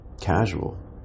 casual